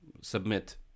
submit